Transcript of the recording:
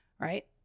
Right